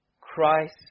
Christ